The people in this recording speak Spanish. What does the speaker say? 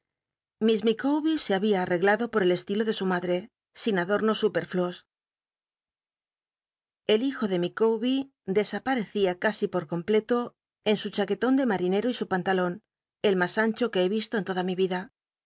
miss micawber se babia arreglado po el estilo de su mad re sin acloi'nos supérfluos biblioteca nacional de españa david copperfield el hijo de ijicawber dcsap wecia casi por completo en su chaqueton de marinero y su pantalon el mas ancho que he isto en toda mi ida